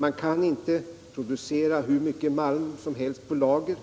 Man kan helt enkelt av finansiella skäl inte producera hur mycket malm som helst och lägga på lager.